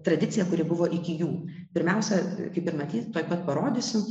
tradicija kuri buvo iki jų pirmiausia kaip ir matyt tuoj pat parodysiu